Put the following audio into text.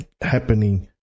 happening